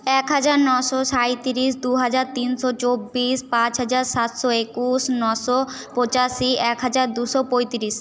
এক হাজার নশো সাইতিরিশ দুহাজার তিনশো চব্বিশ পাঁচ হাজার সাতশো একুশ নশো পঁচাশি এক হাজার দুশো পঁয়তিরিশ